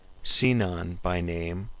sinon by name,